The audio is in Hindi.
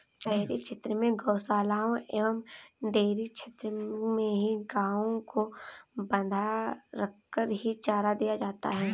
शहरी क्षेत्र में गोशालाओं एवं डेयरी क्षेत्र में ही गायों को बँधा रखकर ही चारा दिया जाता है